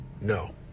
No